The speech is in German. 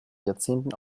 jahrzehnten